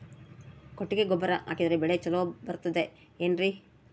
ಕೊಟ್ಟಿಗೆ ಗೊಬ್ಬರ ಹಾಕಿದರೆ ಬೆಳೆ ಚೊಲೊ ಬರುತ್ತದೆ ಏನ್ರಿ?